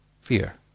fear